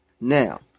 Now